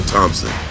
Thompson